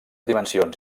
dimensions